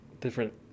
different